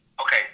Okay